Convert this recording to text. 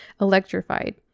electrified